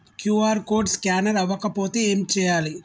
QR code scanner అవ్వకపోతే ఏం చేయాలి?